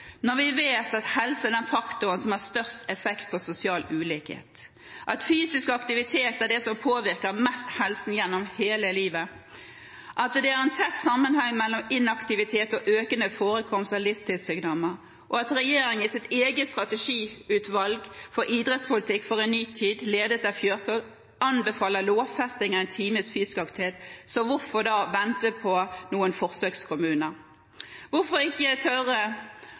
Når vi vet at helse er den faktoren som har størst effekt på sosial ulikhet, at fysisk aktivitet er det som påvirker helsen mest gjennom hele livet, at det er en tett sammenheng mellom inaktivitet og økende forekomst av livsstilssykdommer, og at regjeringen i sitt eget strategiutvalg for Statlig idrettspolitikk inn i en ny tid, ledet av Fjørtoft, anbefaler lovfesting av én times fysisk aktivitet, hvorfor da vente på noen forsøkskommuner? Hvorfor ikke tørre